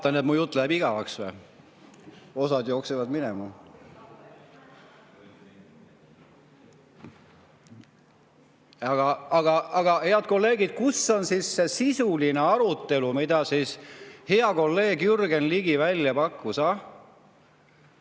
vaatan, et mu jutt läheb igavaks. Osa jookseb minema. Aga, head kolleegid, kus on siis see sisuline arutelu, mida hea kolleeg Jürgen Ligi välja pakkus,